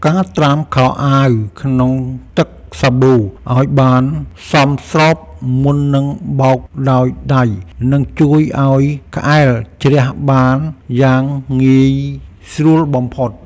ការត្រាំខោអាវក្នុងទឹកសាប៊ូឱ្យបានសមស្របមុននឹងបោកដោយដៃនឹងជួយឱ្យក្អែលជ្រះបានងាយស្រួលបំផុត។